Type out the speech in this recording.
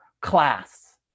class